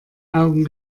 augen